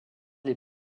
les